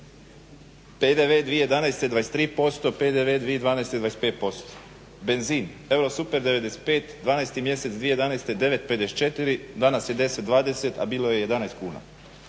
PDV 2011. 23%, PDV 2012. 25%, benzin eurosuper 95 12.mjeseci 2011. 9,54, danas je 10,20, a bilo je 11kn.